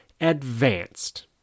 advanced